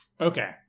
Okay